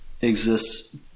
exists